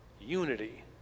Unity